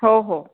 हो हो